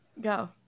go